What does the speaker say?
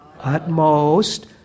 Utmost